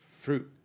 fruit